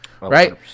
right